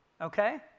okay